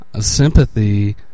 Sympathy